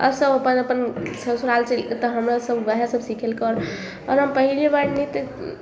आब सभ अपन अपन ससुराल चलि तऽ हमरा सभ ओहए सभ सिखेलकै आओर आओर हम पहिले बेर नृत्य